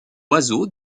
oiseaux